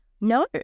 No